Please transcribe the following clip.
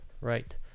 Right